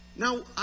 Now